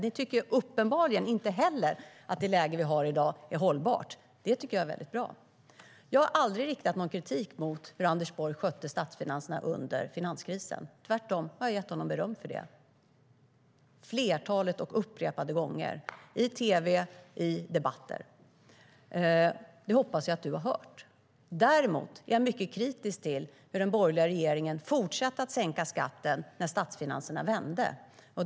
Ni tycker uppenbarligen inte heller att det läge vi har i dag är hållbart. Det tycker jag är väldigt bra. Däremot är jag mycket kritisk till hur den borgerliga regeringen fortsatte sänka skatten när statsfinanserna vände.